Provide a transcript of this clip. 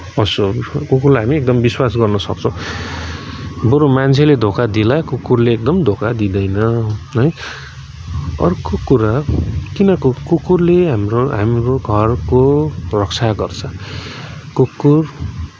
पशुहरू हो कुकुरलाई हामी एकदम विश्वास गर्नुसक्छौँ बरू मान्छेले धोका देला कुकुरले एकदम धोका दिँदैन है अर्को कुरा किन कुकुरले हाम्रो हाम्रो घरको रक्षा गर्छ कुकुर